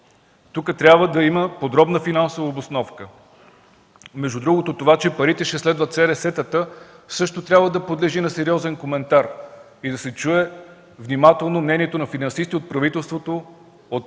Тук трябва да има подробна финансова обосновка. Между другото това, че парите ще следват СРС-тата, също трябва да подлежи на подробен коментар и да се чуе внимателно мнението на финансисти от правителството, от министъра